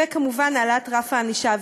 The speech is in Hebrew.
וכמובן, העלאת רף הענישה.